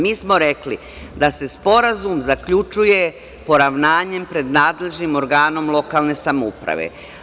Mi smo rekli da se sporazum zaključuje poravnanjem pred nadležnim organom lokalne samouprave.